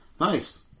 Nice